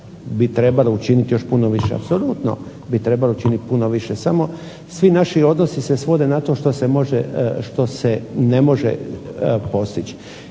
bi trebalo učiniti puno više. Apsolutno bi trebalo učiniti puno više. Samo svi naši odnosi se svode što se može, što se ne može postići.